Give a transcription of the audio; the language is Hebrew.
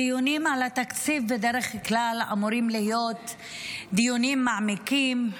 דיונים על התקציב בדרך כלל אמורים להיות דיונים מעמיקים,